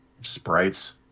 sprites